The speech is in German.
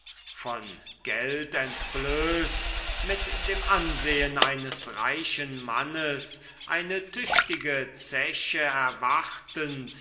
von geld entblößt mit dem ansehen eines reichen mannes eine tüchtige zeche erwartend